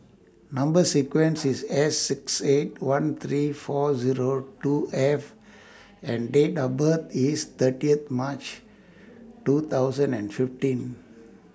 Number sequence IS S six eight one three four Zero two F and Date of birth IS thirtieth March two thousand and fifteen